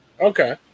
Okay